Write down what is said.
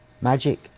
Magic